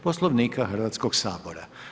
Poslovnika Hrvatskog sabora.